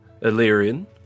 Illyrian